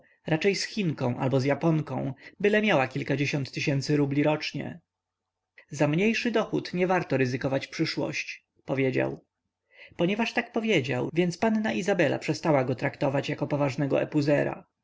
raczej z chinką albo z japonką byle miała kilkadziesiąt tysięcy rubli rocznie za mniejszy dochód niewarto ryzykować przyszłości powiedział ponieważ tak powiedział więc panna izabela przestała go traktować jako poważnego epuzera